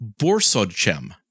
BorsodChem